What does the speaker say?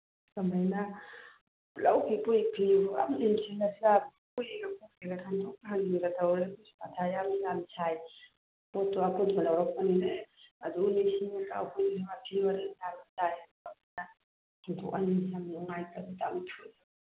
ꯀꯃꯥꯏꯅ ꯊꯥꯡꯗꯣꯛ ꯊꯥꯡꯖꯤꯟꯒ ꯇꯧꯔꯒ ꯃꯊꯥ ꯌꯥꯝ ꯁꯥꯏ ꯄꯣꯠꯇꯨ ꯑꯈꯣꯏꯁꯨ ꯂꯧꯔꯛꯄꯅꯤꯅ ꯅꯨꯡꯉꯥꯏꯇꯕꯁꯨ ꯌꯥꯝ ꯊꯣꯛꯑꯦ